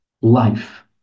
Life